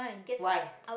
why